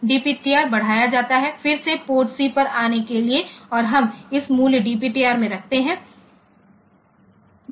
DPTR बढ़ाया जाता है फिर से पोर्ट C पर आने के लिए और हम इस मूल्य DPTR में रखते हैं